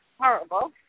Horrible